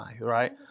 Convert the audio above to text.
Right